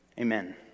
amen